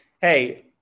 hey